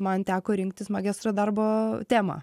man teko rinktis magistro darbo temą